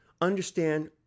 understand